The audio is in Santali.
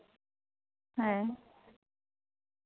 ᱦᱮᱸ